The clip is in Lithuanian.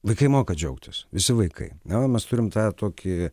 vaikai moka džiaugtis visi vaikai na o mes turim tą tokį